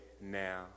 now